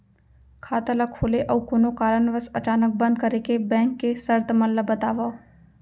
खाता ला खोले अऊ कोनो कारनवश अचानक बंद करे के, बैंक के शर्त मन ला बतावव